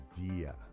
idea